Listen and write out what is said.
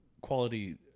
quality